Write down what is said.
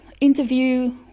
interview